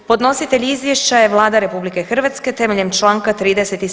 Podnositelj izvješća je Vlada RH temeljem čl. 37.